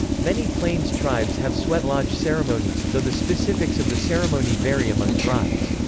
many plains tribes have sweatlodge ceremonies, though the specifics of the ceremony vary among tribes.